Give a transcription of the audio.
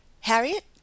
Harriet